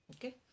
okay